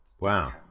Wow